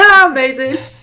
Amazing